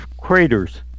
craters